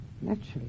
naturally